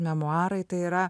memuarai tai yra